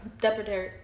Deputy